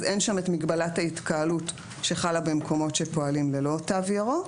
אין שם את מגבלת ההתקהלות שחלה במקומות שפועלים ללא תו ירוק,